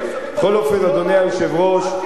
אל תיתן לנו תשובה.